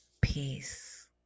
peace